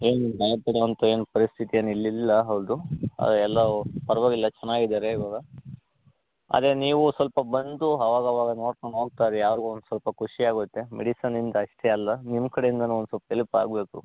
ಏನು ಮಾಡ್ತೀರಂತ ಏನು ಪರಿಸ್ಥಿತಿ ಏನು ಇಲ್ಲ ಇಲ್ಲ ಅವರ್ದು ಎಲ್ಲ ಪರವಾಗಿಲ್ಲ ಚೆನ್ನಾಗಿದ್ದಾರೆ ಇವಾಗ ಆದರೆ ನೀವು ಸ್ವಲ್ಪ ಬಂದು ಅವಾಗವಾಗ ನೋಡ್ಕೊಂಡು ಹೋಗ್ತಾ ಇರಿ ಅವ್ರಿಗೊಂದು ಸ್ವಲ್ಪ ಖುಷಿ ಆಗುತ್ತೆ ಮೆಡಿಸನಿಂದ ಅಷ್ಟೇ ಅಲ್ಲ ನಿಮ್ಮ ಕಡೆಯಿಂದನು ಒಂದು ಸ್ವಲ್ಪ ಹೆಲ್ಪ್ ಆಗಬೇಕು